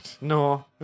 No